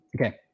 Okay